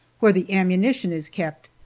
where the ammunition is kept.